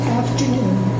afternoon